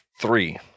three